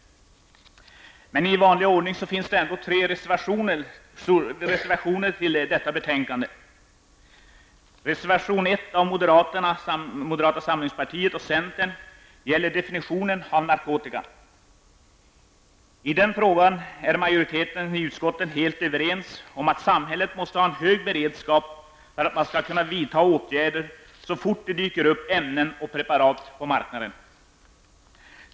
I vanlig ordning finns det ändå tre reservationer fogade till betänkandet. Reservation 1 av moderata samlingspartiet och centern gäller definitionen av narkotika. I den frågan är majoriteten i utskottet helt överens om att samhället måste ha en beredskap för kunna vidta åtgärder så fort det dyker upp ämnen och preparat på marknaden.